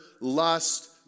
lust